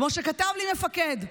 כמו שכתב לי מפקד: